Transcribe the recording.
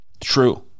True